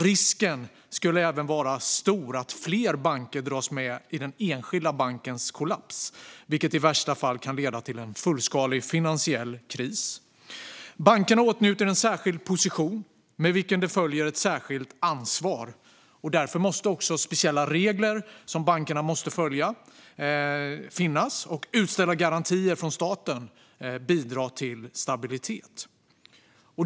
Risken skulle även vara stor att fler banker dras med i den enskilda bankens kollaps, vilket i värsta fall skulle kunna leda till en fullskalig finansiell kris. Bankerna åtnjuter en särskild position med vilken det följer ett särskilt ansvar. Därför måste det också finnas speciella regler som bankerna måste följa samt utställda garantier från staten som bidrar till stabilitet.